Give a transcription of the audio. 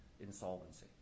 insolvency